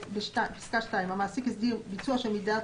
בפסקה (2): (2)המעסיק הסדיר ביצוע של מדידת